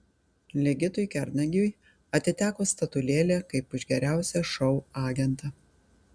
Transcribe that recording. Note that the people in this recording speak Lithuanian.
ligitui kernagiui atiteko statulėlė kaip už geriausią šou agentą